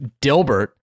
Dilbert